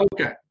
Okay